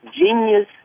genius